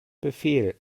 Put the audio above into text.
befehl